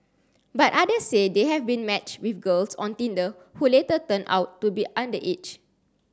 but others say they have been matched with girls on Tinder who later turned out to be underage